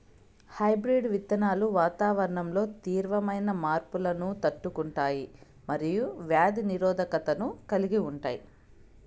hybrid విత్తనాలు వాతావరణంలో తీవ్రమైన మార్పులను తట్టుకుంటాయి మరియు వ్యాధి నిరోధకతను కలిగి ఉంటాయి